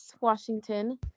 Washington